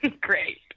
great